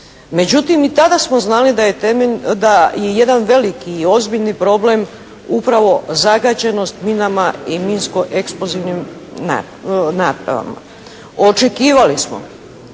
Međutim, i tada smo znali da je jedan veliki i ozbiljni problem upravo zagađenost minama i minsko-eksplozivnim napravama. Očekivali smo